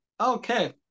okay